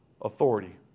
authority